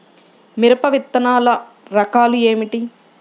మిరప విత్తనాల రకాలు ఏమిటి?